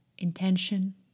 intention